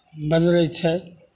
बजड़ैत छै